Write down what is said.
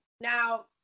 Now